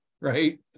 right